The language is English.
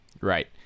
right